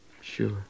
Sure